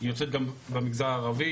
יוצאת גם במגזר הערבי.